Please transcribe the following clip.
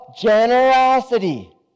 generosity